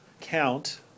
Count